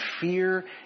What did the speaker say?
fear